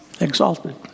Exalted